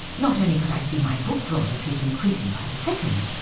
not only could i see my book royalties increasing by the second,